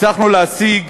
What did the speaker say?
הצלחנו להשיג